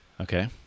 okay